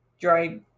dry